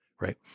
right